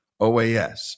OAS